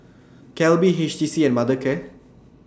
Calbee H T C and Mothercare